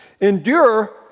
Endure